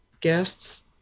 guests